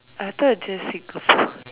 I thought just Singapore